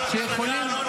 נחמד,